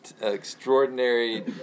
extraordinary